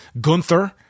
Gunther